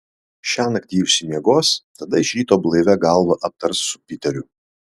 šiąnakt ji išsimiegos tada iš ryto blaivia galva aptars su piteriu